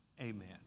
amen